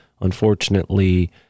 unfortunately